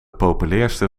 populairste